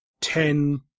Ten